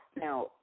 Now